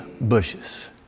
bushes